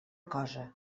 cosa